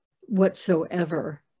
whatsoever